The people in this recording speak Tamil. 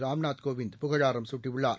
ராம்நாத் கோவிந்த் புகழாரம் குட்டியுள்ளார்